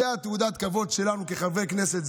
זאת תעודת הכבוד שלנו כחברי כנסת,